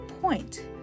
point